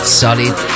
solid